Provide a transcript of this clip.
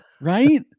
right